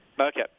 Okay